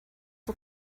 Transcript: for